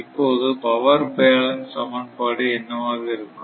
இப்போது power balance சமன்பாடு என்னவாக இருக்கும்